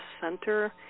center